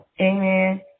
Amen